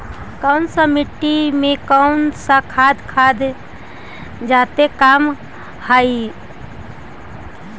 कौन सा मिट्टी मे कौन सा खाद खाद जादे काम कर हाइय?